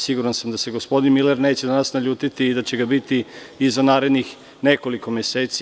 Siguran sam da se gospodin Miler neće na nas naljutiti i da će ga biti i za narednih nekoliko meseci.